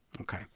Okay